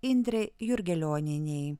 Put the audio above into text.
indrei jurgelionienei